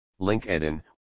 LinkedIn